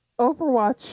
Overwatch